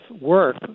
work